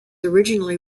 originally